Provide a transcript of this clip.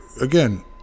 again